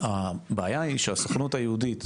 הבעיה היא שהסוכנות היהודית,